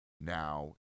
now